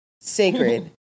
Sacred